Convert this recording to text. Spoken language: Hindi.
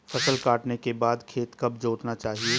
फसल काटने के बाद खेत कब जोतना चाहिये?